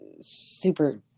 super